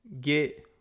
get